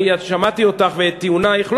אני שמעתי אותך ואת טיעונייך.